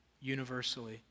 universally